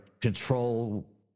control